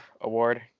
award